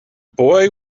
boy